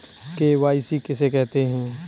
KYC किसे कहते हैं?